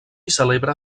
celebra